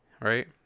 right